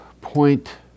point